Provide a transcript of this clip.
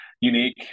unique